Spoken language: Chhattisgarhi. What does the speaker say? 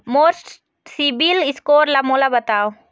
मोर सीबील स्कोर ला मोला बताव?